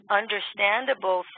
understandable